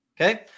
Okay